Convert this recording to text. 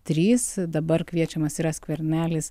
trys dabar kviečiamas yra skvernelis